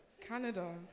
Canada